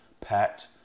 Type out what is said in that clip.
packed